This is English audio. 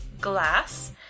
Glass